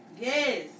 Yes